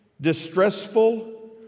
distressful